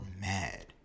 mad